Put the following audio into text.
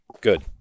good